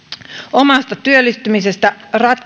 omasta työllistymisestä